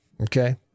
Okay